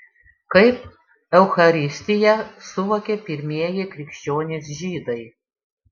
kaip eucharistiją suvokė pirmieji krikščionys žydai